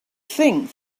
think